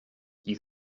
you